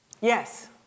Yes